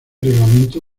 reglamento